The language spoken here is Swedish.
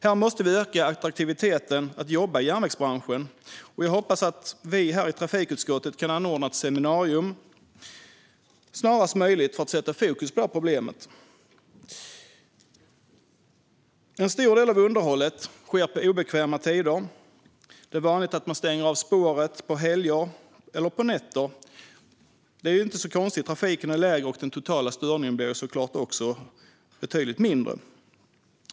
Vi måste göra det mer attraktivt att jobba i järnvägsbranschen. Jag hoppas att vi i trafikutskottet kan anordna ett seminarium snarast möjligt för att sätta fokus på problemet. En stor del av underhållet sker på obekväma tider. Det är vanligt att man stänger av spår på helger eller på nätter. Det är inte konstigt; trafiken är lägre, och den totala störningen blir såklart betydligt mindre.